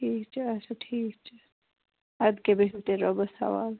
ٹھیٖک چھُ اَچھا ٹھیٖک چھُ ادٕ کیٛاہ بِہِو تیٚلہِ رۄبس حوال